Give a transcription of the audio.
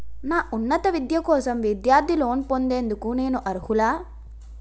నా ఉన్నత విద్య కోసం విద్యార్థి లోన్ పొందేందుకు నేను అర్హులా?